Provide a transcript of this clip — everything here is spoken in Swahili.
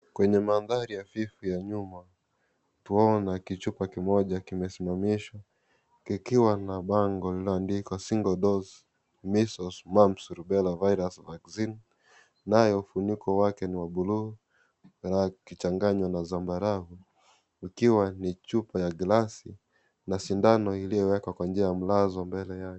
Kwenye mandhari hafifi ya nyuma twaona kichupa kimoja kimesimamishwa ikiwa na bango lililoandikwa Single-dose, Measles, Mumps and Rubella Virus Vaccine ', nayo funiko lake ni la buluu likichanganywa na zambarau, ikiwa ni chupa ya glasi na sindano iliyowekwa kwa njia ya mlazo mbele yake.